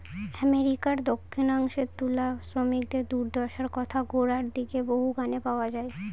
আমেরিকার দক্ষিনাংশে তুলা শ্রমিকদের দূর্দশার কথা গোড়ার দিকের বহু গানে পাওয়া যায়